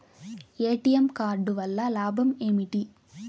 ATM card వల్ల లాభం ఏమిటి?